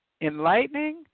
enlightening